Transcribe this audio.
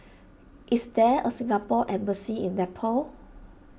is there a Singapore Embassy in Nepal